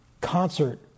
concert